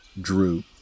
Drew